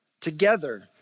together